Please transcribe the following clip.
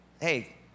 hey